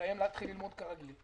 להם להתחיל ללמוד כרגיל,